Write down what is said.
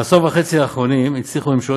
בעשור וחצי האחרונים הצליחו ממשלות